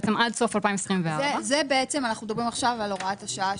בעצם עד סוף 2024. אנחנו מדברים עכשיו על הוראת השעה.